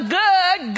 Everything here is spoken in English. good